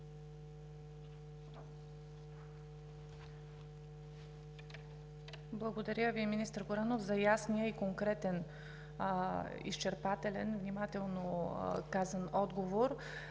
Благодаря Ви, министър Горанов, за ясния, конкретен, изчерпателен, внимателно казан отговор.